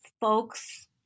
folks